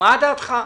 מה דעתך?